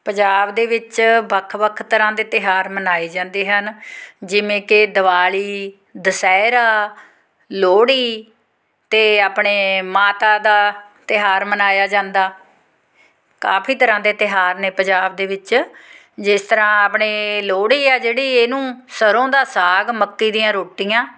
ਪੰਜਾਬ ਦੇ ਵਿੱਚ ਵੱਖ ਵੱਖ ਤਰ੍ਹਾਂ ਦੇ ਤਿਉਹਾਰ ਮਨਾਏ ਜਾਂਦੇ ਹਨ ਜਿਵੇਂ ਕਿ ਦਿਵਾਲੀ ਦੁਸਹਿਰਾ ਲੋਹੜੀ ਅਤੇ ਆਪਣੇ ਮਾਤਾ ਦਾ ਤਿਉਹਾਰ ਮਨਾਇਆ ਜਾਂਦਾ ਕਾਫੀ ਤਰ੍ਹਾਂ ਦੇ ਤਿਉਹਾਰ ਨੇ ਪੰਜਾਬ ਦੇ ਵਿੱਚ ਜਿਸ ਤਰ੍ਹਾਂ ਆਪਣੇ ਲੋਹੜੀ ਆ ਜਿਹੜੀ ਇਹਨੂੰ ਸਰ੍ਹੋਂ ਦਾ ਸਾਗ ਮੱਕੀ ਦੀਆਂ ਰੋਟੀਆਂ